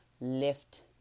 lift